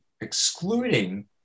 excluding